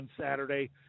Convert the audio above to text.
Saturday